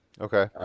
Okay